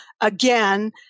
again